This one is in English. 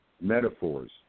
metaphors